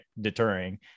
deterring